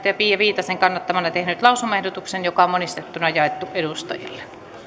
pia viitasen kannattamana tehnyt lausumaehdotuksen joka on monistettuna jaettu edustajille